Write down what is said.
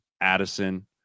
Addison